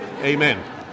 Amen